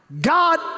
God